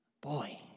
Boy